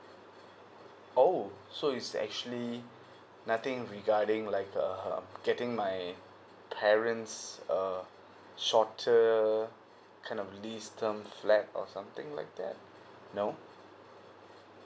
oh so it's actually nothing regarding like uh um getting my parents uh shorter kind of list term flat or something like that no